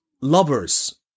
lovers